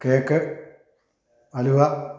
cake അലുവ